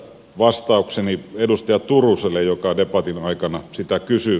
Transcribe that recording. tässä vastaukseni edustaja turuselle joka debatin aikana sitä kysyi